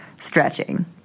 stretching